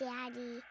Daddy